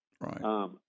Right